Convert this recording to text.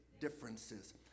differences